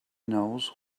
knows